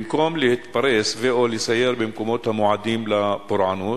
במקום להתפרס ו/או לסייר במקומות המועדים לפורענות.